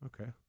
Okay